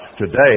today